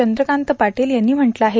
चंद्रकांत पाटील यांनी म्हटलं आहे